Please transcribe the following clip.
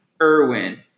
Irwin